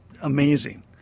amazing